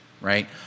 right